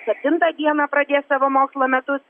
septintą dieną pradės savo mokslo metus